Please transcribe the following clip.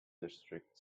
district